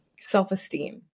self-esteem